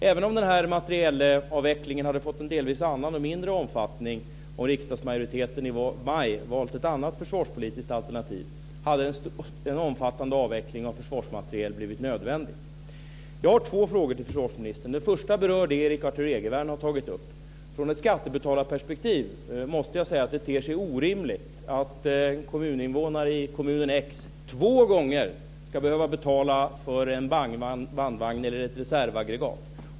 Även om materielavvecklingen hade fått en delvis annan och mindre omfattning om riksdagsmajoriteten i maj hade valt ett annat försvarspolitiskt alternativ, hade en omfattande avveckling av försvarsmateriel blivit nödvändig. Jag har två frågor till försvarsministern. Den första berör det Erik Arthur Egervärn har tagit upp. Från ett skattebetalarperspektiv ter det sig orimligt att kommuninvånare i kommunen x två gånger ska behöva betala för en bandvagn eller ett reservaggregat.